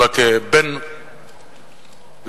אלא כבן להורים